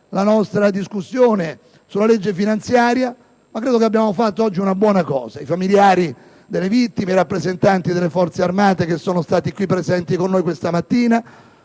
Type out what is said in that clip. la nostra discussione sulla legge finanziaria. Credo che oggi abbiamo fatto una cosa buona, e mi auguro che i familiari delle vittime e i rappresentanti delle Forze armate che sono stati qui presenti con noi questa mattina